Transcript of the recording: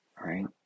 right